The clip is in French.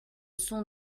son